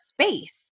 space